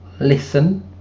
listen